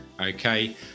okay